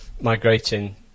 migrating